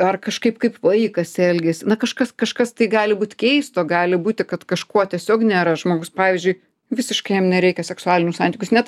ar kažkaip kaip vaikas elgiasi na kažkas kažkas tai gali būt keisto gali būti kad kažkuo tiesiog nėra žmogus pavyzdžiui visiškai jam nereikia seksualinių santykių jis net